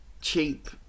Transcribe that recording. cheap